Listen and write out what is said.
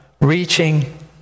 reaching